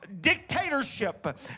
dictatorship